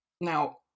Now